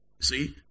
See